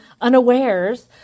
unawares